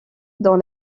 dans